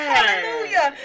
Hallelujah